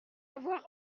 avoir